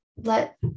Let